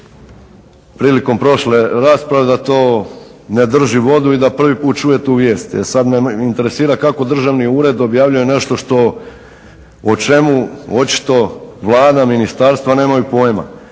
prilikom prošle rasprave da to ne drži vodu i da prvi put čuje tu vijest i sad me interesira kako Državni ured objavljuje nešto što o čemu očito Vlada, ministarstva nemaju pojma.